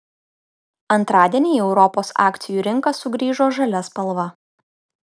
antradienį į europos akcijų rinką sugrįžo žalia spalva